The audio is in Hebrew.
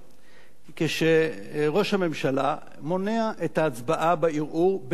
כשראש הממשלה מונע את ההצבעה בערעור בוועדת השרים,